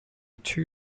two